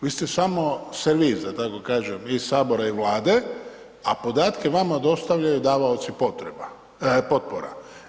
Vi ste samo servis da tako kažem i Sabora i Vlade, a podatke vama dostavljaju davaoci potpora.